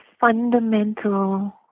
fundamental